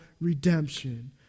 redemption